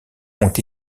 ont